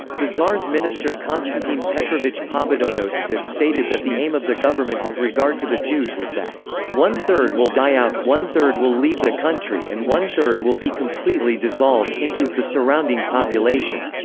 the tsar's minister konstantin petrovich pobedonostsev stated that the aim of the government with regard to the jews was that one third will die out, one third will leave the country and one third will be completely dissolved the surrounding population.